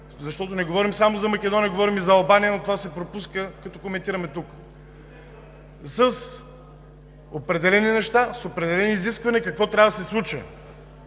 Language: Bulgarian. защото не говорим само за Македония, говорим и за Албания, но това се пропуска, като коментираме тук с определени неща, с определени изисквания какво трябва да се случи.